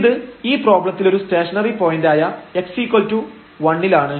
ഇത് ഈ പ്രോബ്ലത്തിലൊരു സ്റ്റേഷനറി പോയന്റായ x1ലാണ്